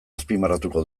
azpimarratuko